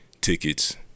tickets